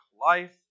life